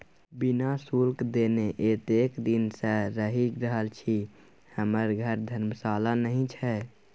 बिना शुल्क देने एतेक दिन सँ रहि रहल छी हमर घर धर्मशाला नहि छै